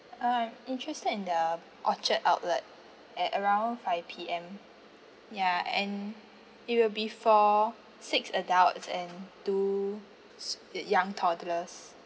I'm interested in the orchard outlet at around five P_M ya and it will be for six adults and two s~ uh young toddlers